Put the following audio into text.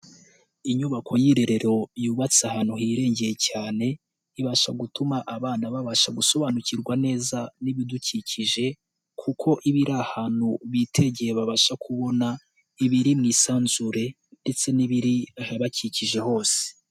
Inyubako y'irerero yubatse ahantu hirengeye cyane, ibasha gutuma abana babasha gusobanukirwa neza n'ibidukikije kuko iba iri ahantu bitegeye babasha kubona, ibiri mu isanzure ndetse n'ibri ahabakikije hose.